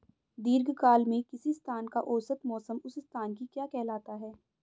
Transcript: दीर्घकाल में किसी स्थान का औसत मौसम उस स्थान की क्या कहलाता है?